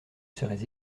serais